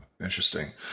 Interesting